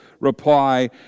reply